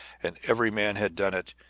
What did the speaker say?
and every man had done it,